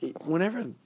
whenever